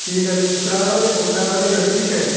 ٹھیٖک حظ چھُ بہٕ پیارو تیٚلہِ بہٕ پیارو تیٚلہِ أتھۍ ٹھیٖک چھِ حظ